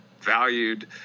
valued